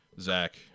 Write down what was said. Zach